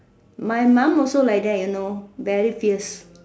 my mum also like that you know very fierce